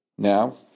Now